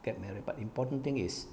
get married but important thing is